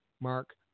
Mark